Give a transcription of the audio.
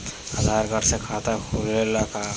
आधार card से खाता खुले ला का?